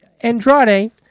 Andrade